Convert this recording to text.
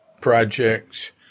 projects